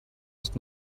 ist